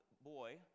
boy